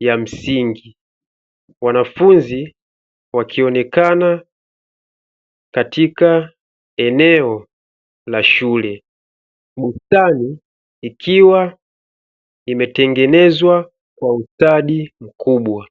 ya msingi wanafunzi wakionekana katika eneo la shule. Bustani ikiwa imetengenezwa kwa ustadi mkubwa.